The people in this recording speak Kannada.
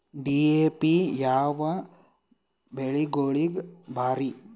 ಡಿ.ಎ.ಪಿ ಯಾವ ಬೆಳಿಗೊಳಿಗ ಭಾರಿ?